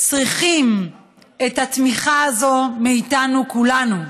שצריכים את התמיכה הזאת מאיתנו, מכולנו.